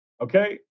okay